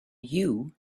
you